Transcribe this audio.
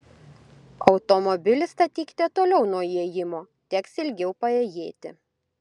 automobilį statykite toliau nuo įėjimo teks ilgiau paėjėti